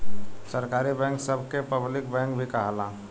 सरकारी बैंक सभ के पब्लिक बैंक भी कहाला